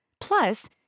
Plus